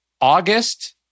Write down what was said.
August